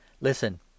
listen